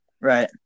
Right